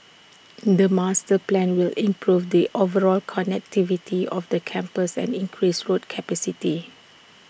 the master plan will improve the overall connectivity of the campus and increase road capacity